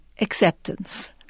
acceptance